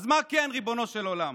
אז מה כן, ריבונו של עולם?